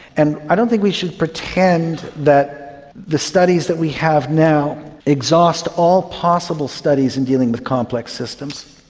and i don't think we should pretend that the studies that we have now exhaust all possible studies in dealing with complex systems.